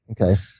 Okay